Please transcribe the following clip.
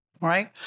right